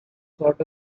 sort